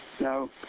No